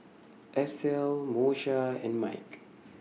Estell Moesha and Mike